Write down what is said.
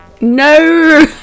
no